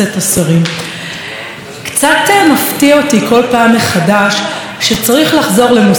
קצת מפתיע אותי כל פעם מחדש שצריך לחזור למושכלות היסוד.